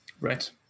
Right